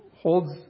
holds